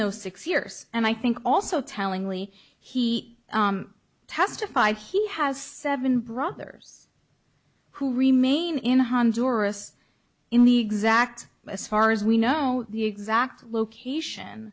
those six years and i think also tellingly he testified he has seven brothers who remain in honduras in the exact as far as we know the exact location